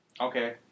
Okay